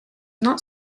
not